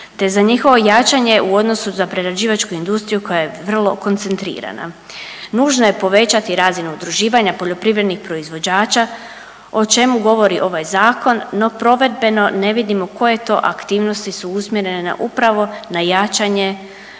te za njihovo jačanje u odnosu za prerađivačku industriju koja je vrlo koncentrirana. Nužno je povećati razinu udruživanja poljoprivrednih proizvođača o čemu govori ovaj zakon, no provedbeno ne vidimo koje to aktivnosti su usmjerene na upravo jačanje